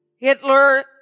Hitler